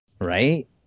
right